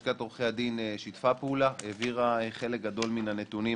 בלשכת עורכי הדין שיתפו פעולה והעבירו חלק גדול מן הנתונים